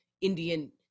indian